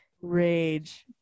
rage